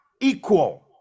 equal